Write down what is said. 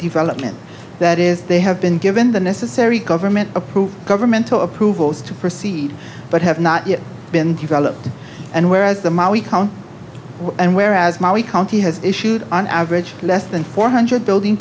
development that is they have been given the necessary government approved governmental approvals to proceed but have not yet been developed and whereas the my we count and where as my we county has issued on average less than four hundred building